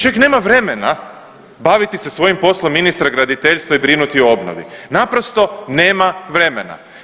Čovjek nema vremena baviti se svojim poslom ministra graditeljstva i brinuti i obnovi, naprosto nema vremena.